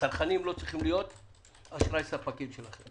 הצרכנים לא צריכים להיות אשראי ספקים שלכם.